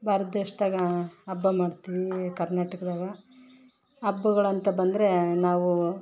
ಭಾರತ ದೇಶದಾಗ ಹಬ್ಬ ಮಾಡ್ತೀವಿ ಕರ್ನಾಟಕದಾಗ ಹಬ್ಗಳಂತ ಬಂದರೆ ನಾವು